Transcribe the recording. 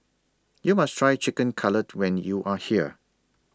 YOU must Try Chicken Cutlet when YOU Are here